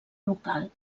local